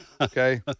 Okay